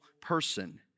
person